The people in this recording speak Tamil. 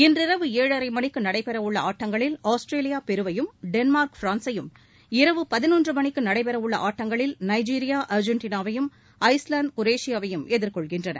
இன்றிரவு ஏழரை மணிக்கு நடைபெறவுள்ள ஆட்டங்களில் ஆஸ்திரேலியா பெருவையும் டென்மா்க் பிரான்சையும் இரவு பதினொன்று மணிக்கு நடைபெறவுள்ள ஆட்டங்களில் நைஜீரியா அர்ஜெண்டினாவையும் ஐஸ்லாந்து குரேஷியாவையும் எதிர்கொள்கின்றன